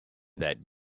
that